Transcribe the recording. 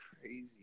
crazy